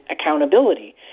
accountability